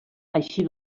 així